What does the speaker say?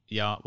ja